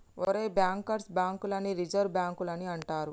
ఒరేయ్ bankers bank లని reserve బాంకులని అంటారు